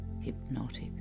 hypnotic